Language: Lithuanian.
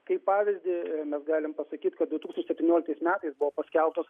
kaip pavyzdį galim pasakyti kad du tūkstančiai septynioliktais metais buvo paskelbtos